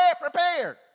prepared